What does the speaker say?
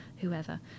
whoever